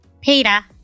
Peter